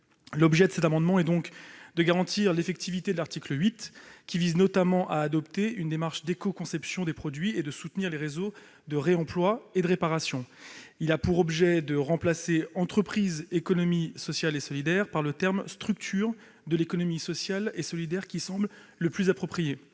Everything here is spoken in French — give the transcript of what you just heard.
légale. Cet amendement tend donc à garantir l'effectivité de l'article 8, qui vise notamment à adopter une démarche d'éco-conception des produits et à soutenir les réseaux de réemploi et de réparation. Il a pour objet de remplacer les termes « entreprises de l'économie sociale et solidaire » par ceux de « structures de l'économie sociale et solidaire » qui semblent plus appropriés.